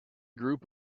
group